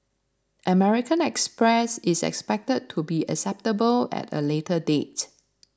American Express is expected to be acceptable at a later date